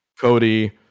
Cody